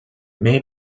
may